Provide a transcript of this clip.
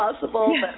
possible